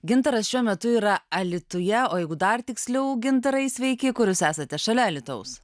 gintaras šiuo metu yra alytuje o jeigu dar tiksliau gintarai sveiki kur jūs esate šalia alytaus